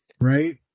Right